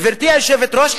גברתי היושבת-ראש,